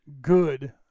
good